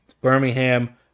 Birmingham